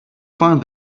find